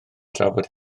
drafod